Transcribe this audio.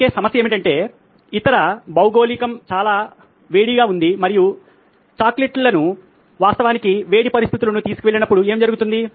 ఒకే సమస్య ఏమిటంటే ఇతర భౌగోళికం చాలా వేడి ఉంది మరియు చాక్లెట్లను వాస్తవానికి వేడి పరిస్థితులకు తీసుకువెళ్ళినప్పుడు ఏమి జరుగుతుంది